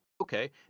Okay